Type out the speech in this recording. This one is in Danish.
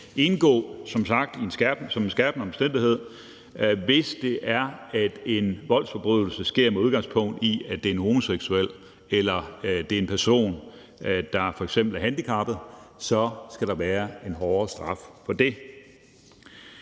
indgå som skærpende omstændighed, hvis en voldsforbrydelse sker med udgangspunkt i, at det er en homoseksuel, eller at det er en person, der f.eks. er handicappet. Så skal der være en hårdere straf for det.